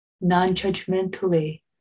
non-judgmentally